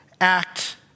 act